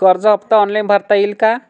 कर्ज हफ्ता ऑनलाईन भरता येईल का?